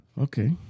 Okay